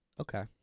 Okay